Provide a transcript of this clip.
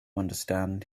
understand